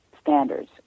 standards